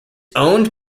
owned